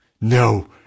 No